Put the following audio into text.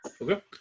Okay